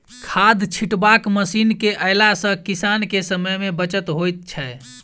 खाद छिटबाक मशीन के अयला सॅ किसान के समय मे बचत होइत छै